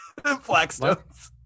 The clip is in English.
Blackstones